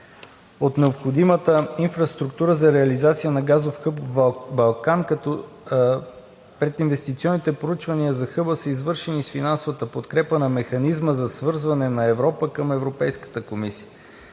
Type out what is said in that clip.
от необходимата инфраструктура за реализация на газов хъб „Балкан“, като прединвестиционните проучвания за хъба са извършени с финансовата подкрепа на механизма за свързване на Европа към Европейската комисия.